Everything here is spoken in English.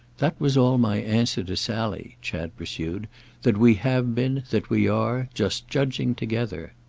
that was all my answer to sally, chad pursued that we have been, that we are, just judging together.